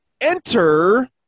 Enter